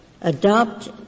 adopt